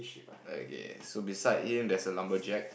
okay so beside him there's a lumberjack